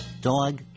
dog